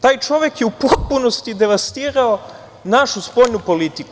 Taj čovek je u potpunosti devastirao našu spoljnu politiku.